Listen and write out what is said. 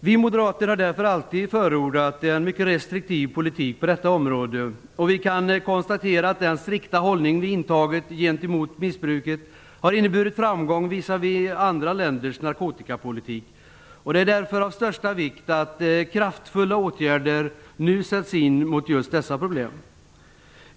Vi moderater har därför alltid förordat en mycket restriktiv politik på detta område. Vi kan konstatera att den strikta hållning som vi intagit gentemot missbruket har inneburit framgång visavi andra länders narkotikapolitik. Det är därför av största vikt att kraftfulla åtgärder nu sätts in mot just dessa problem.